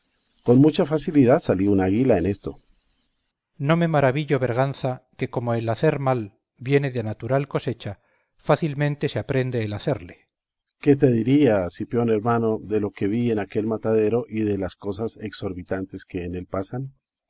con mucha facilidad salí un águila en esto cipión no me maravillo berganza que como el hacer mal viene de natural cosecha fácilmente se aprende el hacerle berganza qué te diría cipión hermano de lo que vi en aquel matadero y de las cosas exorbitantes que en él pasan